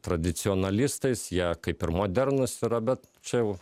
tradicionalistais jie kaip ir modernas yra bet čia jau